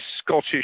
Scottish